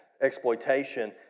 exploitation